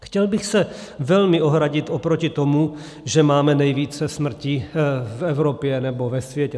Chtěl bych se velmi ohradit oproti tomu, že máme nejvíce smrtí v Evropě nebo ve světě.